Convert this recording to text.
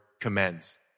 commends